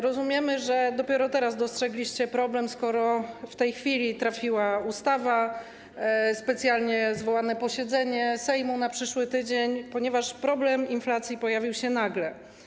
Rozumiemy, że dopiero teraz dostrzegliście problem, skoro w tej chwili trafiła ustawa, specjalnie zwołano posiedzenie Sejmu na przyszły tydzień, ponieważ problem inflacji pojawił się nagle.